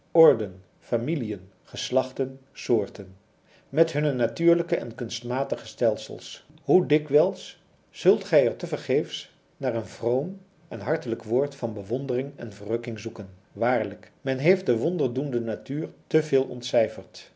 orden familiën geslachten soorten met hunne natuurlijke en kunstmatige stelsels hoe dikwijls zult gij er tevergeefs naar een vroom en hartelijk woord van bewondering en verrukking zoeken waarlijk men heeft de wonderdoende natuur te veel ontcijferd